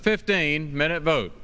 a fifteen minute vote